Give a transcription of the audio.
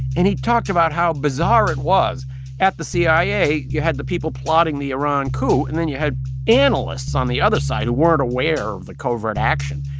and he talked about how bizarre it was at the cia. you had the people plotting the iran coup. and then you had analysts on the other side who weren't aware of the covert action.